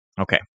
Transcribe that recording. Okay